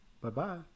Bye-bye